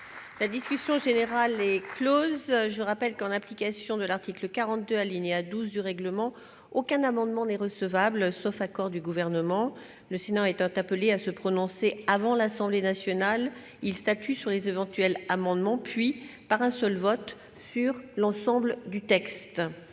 la commission mixte paritaire. Je rappelle que, en application de l'article 42, alinéa 12, du règlement, aucun amendement n'est recevable, sauf accord du Gouvernement ; en outre, le Sénat étant appelé à se prononcer avant l'Assemblée nationale, il statue d'abord sur les éventuels amendements puis, par un seul vote, sur l'ensemble du texte.